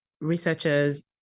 researchers